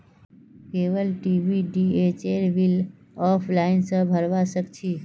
cable TV डीटीएचेर bill offline स भरवा सक छी